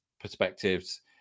perspectives